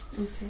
Okay